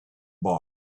box